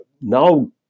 now